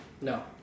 No